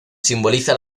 simboliza